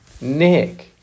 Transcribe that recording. Nick